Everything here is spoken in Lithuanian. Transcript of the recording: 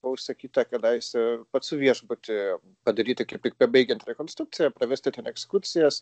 buvo užsakyta kadaise pacų viešbutį padaryti kaip tik pabaigiant rekonstrukciją pravesti ten ekskursijas